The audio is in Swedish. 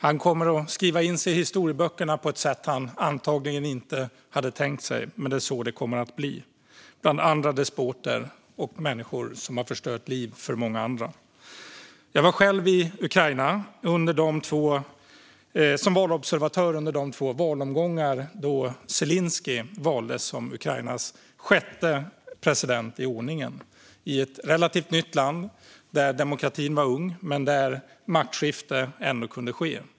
Han kommer att skriva in sig i historieböckerna på ett sätt som han antagligen inte hade tänkt sig, men det är så det kommer att bli, bland andra despoter och människor som har förstört många andras liv. Jag var själv i Ukraina som valobservatör under de två valomgångar då Zelenskyj valdes till Ukrainas sjätte president i ordningen, i ett relativt nytt land där demokratin var ung men där maktskifte ännu kunde ske.